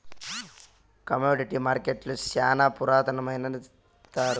commodity మార్కెట్టులు శ్యానా పురాతనమైనవి సెప్తారు